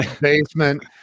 basement